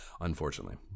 Unfortunately